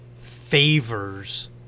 favors